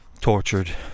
tortured